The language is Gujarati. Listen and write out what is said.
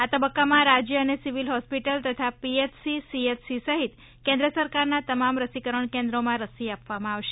આ તબક્કામાં રાજય અને સિવિલ હોસ્પિટલ તથા પીએચસી સીએચસી સહિત કેન્ર્ સરકારના તમામ રસીકરણ કેન્રોપિમાં રસી આપવામાં આવશે